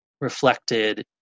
reflected